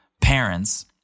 parents